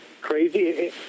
crazy